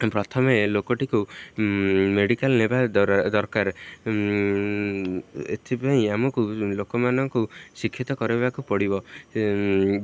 ପ୍ରଥମେ ଲୋକଟିକୁ ମେଡ଼ିକାଲ୍ ନେବା ଦରକାର ଏଥିପାଇଁ ଆମକୁ ଲୋକମାନଙ୍କୁ ଶିକ୍ଷିତ କରିବାକୁ ପଡ଼ିବ